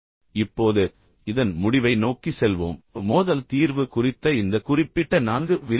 இப்போது இதன் முடிவை நோக்கி செல்வோம் மோதல் தீர்வு குறித்த இந்த குறிப்பிட்ட 4 விரிவுரைகள்